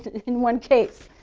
in one case.